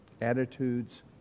attitudes